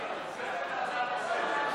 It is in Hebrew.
הצעה לסדר-היום.